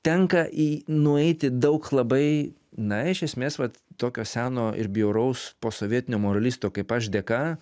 tenka į nueiti daug labai na iš esmės vat tokio seno ir bjauraus posovietinio moralisto kaip aš dėka